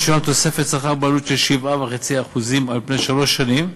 תשולם תוספת שכר בעלות של 7.5% על פני שלוש שנים,